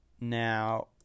Now –